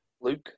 Luke